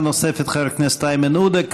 שאלה נוספת, חבר כנסת איימן עודה.